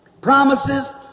Promises